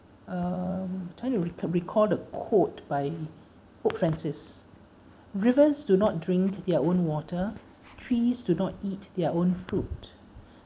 um I'm trying to recall recall the quote by pope francis rivers do not drink their own water trees do not eat their own fruit